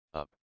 up